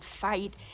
fight